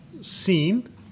seen